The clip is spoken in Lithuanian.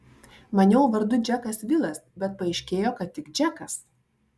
maniau vardu džekas vilas bet paaiškėjo kad tik džekas